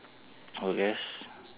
I guess